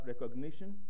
recognition